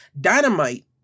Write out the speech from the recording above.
Dynamite